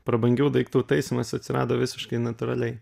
prabangių daiktų taisymas atsirado visiškai natūraliai